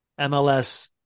MLS